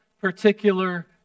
particular